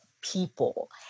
people